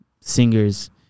singers